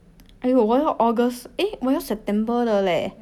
!aiyo! 我要 august eh 我要 september 的 leh